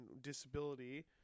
disability